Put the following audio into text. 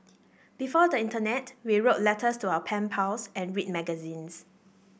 before the internet we wrote letters to our pen pals and read magazines